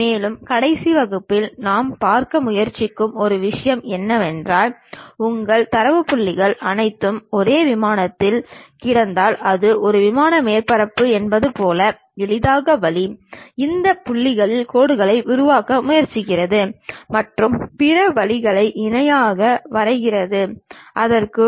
மேலும் கடைசி வகுப்புகளில் நாம் பார்க்க முயற்சிக்கும் ஒரு விஷயம் என்னவென்றால் உங்கள் தரவு புள்ளிகள் அனைத்தும் ஒரே விமானத்தில் கிடந்தால் அது ஒரு விமான மேற்பரப்பு என்பது போல எளிதான வழி இந்த புள்ளிகளில் கோடுகளை உருவாக்க முயற்சிக்கிறது மற்றும் பிற வரிகளை இணையாக வரைகிறது அதற்கு